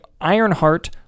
Ironheart